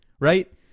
right